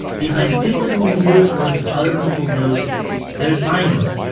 behind fifteen years worth of other people's notes there's my note.